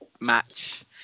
match